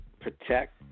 protect